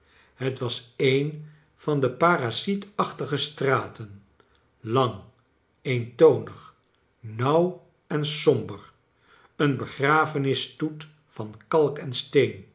het was een van de parasietachtige straten lang eentonig nauw en somber een begrafenisstoet van kalk